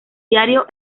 diario